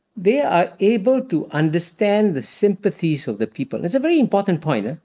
they are able to understand the sympathies of the people. it's a very important point. ah